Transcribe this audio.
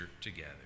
together